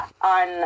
on